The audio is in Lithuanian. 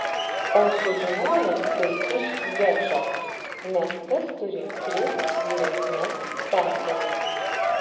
o sužinojęs tai iš gečo nes tas turi tris vyresnes seseris